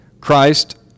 Christ